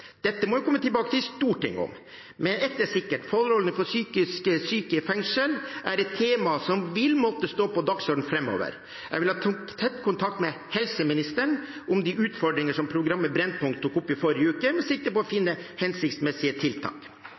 Dette må jeg komme tilbake til Stortinget med. Men ett er sikkert: Forholdene for psykisk syke i fengsel er et tema som vil måtte stå på dagsordenen framover. Jeg vil ha tett kontakt med helseministeren om de utfordringene som programmet Brennpunkt tok opp i forrige uke, med sikte på å finne hensiktsmessige tiltak.